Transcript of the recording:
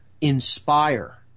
inspire